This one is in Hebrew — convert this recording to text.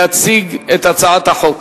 להציג את הצעת החוק.